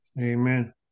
Amen